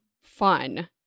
fun